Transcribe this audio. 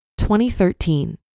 2013